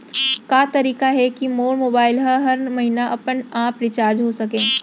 का तरीका हे कि मोर मोबाइल ह हर महीना अपने आप रिचार्ज हो सकय?